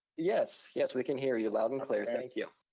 yes, yes, we can hear you, loud and clear, thank you.